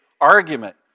argument